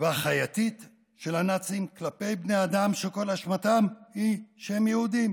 והחייתית של הנאצים כלפי בני אדם שכל אשמתם היא שהם יהודים,